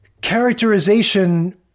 characterization